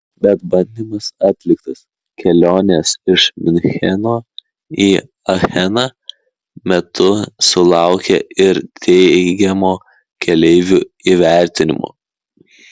bet bandymas atliktas kelionės iš miuncheno į acheną metu sulaukė ir teigiamo keleivių įvertinimo